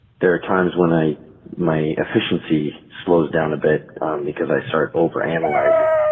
there are times when i my efficiency slows down a bit because i start over-analyzing